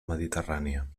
mediterrània